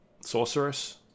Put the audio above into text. Sorceress